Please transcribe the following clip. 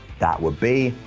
that would be.